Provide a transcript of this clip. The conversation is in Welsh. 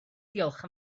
diolch